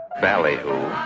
Ballyhoo